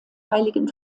heiligen